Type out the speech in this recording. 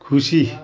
खुसी